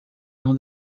não